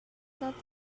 not